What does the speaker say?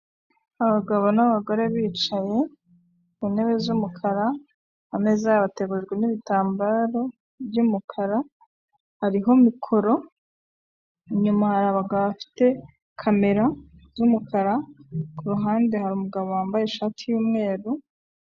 Abagabo n'abagore bicaye ku ntebe z'umukara, ameza yabo ategujwe n'ibitambaro by'umukara, hariho mikoro, inyuma hari abagabo bafite kamera z'umukara, ku ruhande hari umugabo wambaye ishati y'umweru.